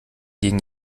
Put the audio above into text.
gegen